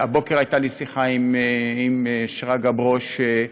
והבוקר הייתה לי שיחה עם שרגא ברוש,